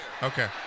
Okay